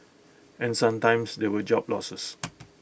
and sometimes there were job losses